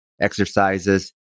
exercises